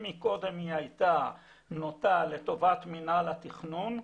אם קודם היא הייתה נוטה לטובת מינהל התכנון,